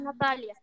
Natalia